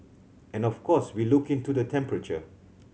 and of course we look into the temperature